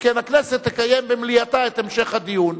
שכן הכנסת תקיים במליאתה את המשך הדיון.